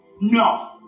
No